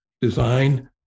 design